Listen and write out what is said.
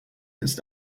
ist